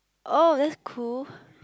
oh that's cool